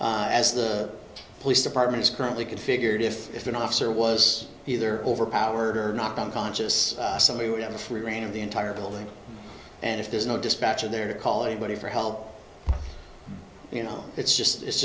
now as the police department is currently configured if if an officer was either overpowered or knocked unconscious somebody would have a free reign of the entire building and if there's no dispatcher there to call anybody for help you know it's just it's